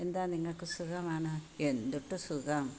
എന്താ നിങ്ങൾക്കു സുഖമാണോ എന്തൂട്ട് സുഖം